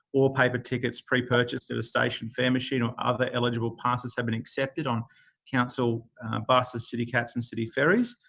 or paper tickets pre purchased at a station fare machine, or other eligible passes have been accepted on council buses, citycats and city ferries.